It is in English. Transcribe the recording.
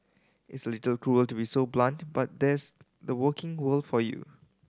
it's a little cruel to be so blunt but that's the working world for you